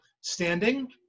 standing